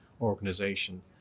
organization